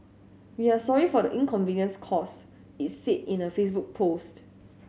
we are sorry for the inconvenience caused it said in a Facebook post